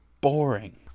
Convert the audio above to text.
boring